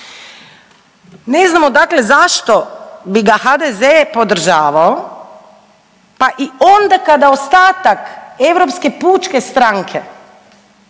Ne znamo dakle zašto bi ga HDZ podržavao pa i onda kada ostatak Europske pučke stranke